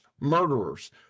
murderers